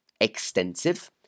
Extensive